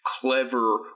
clever